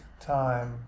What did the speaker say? time